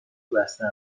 بسته